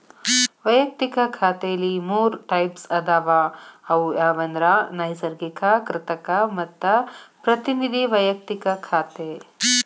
ವಯಕ್ತಿಕ ಖಾತೆಲಿ ಮೂರ್ ಟೈಪ್ಸ್ ಅದಾವ ಅವು ಯಾವಂದ್ರ ನೈಸರ್ಗಿಕ, ಕೃತಕ ಮತ್ತ ಪ್ರತಿನಿಧಿ ವೈಯಕ್ತಿಕ ಖಾತೆ